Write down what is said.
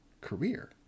career